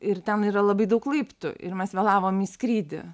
ir ten yra labai daug laiptų ir mes vėlavom į skrydį